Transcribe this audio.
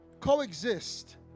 coexist